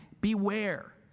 Beware